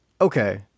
Okay